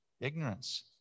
ignorance